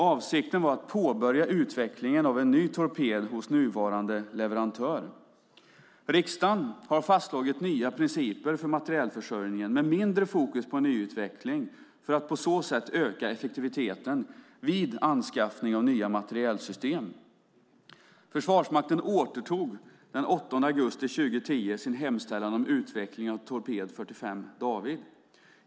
Avsikten var att påbörja utvecklingen av en ny torped hos nuvarande leverantör. Riksdagen har fastslagit nya principer för materielförsörjning med mindre fokus på nyutveckling, för att på så sätt öka effektiviteten vid anskaffning av nya materielsystem. Försvarsmakten återtog den 8 augusti 2010 sin hemställan om utveckling av torped 45D.